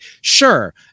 sure